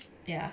ya